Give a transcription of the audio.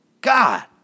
God